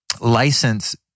license